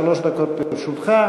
שלוש דקות לרשותך.